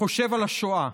חושב על השואה,